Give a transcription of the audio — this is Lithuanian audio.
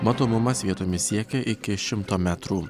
matomumas vietomis siekia iki šimto metrų